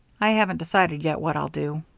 i haven't decided yet what i'll do.